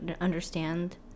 understand